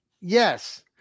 Yes